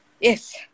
Yes